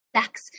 sex